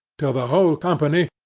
till the whole company,